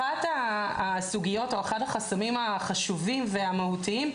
אחת הסוגיות או אחד החסמים החשובים והמהותיים,